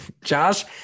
Josh